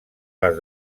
les